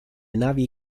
navi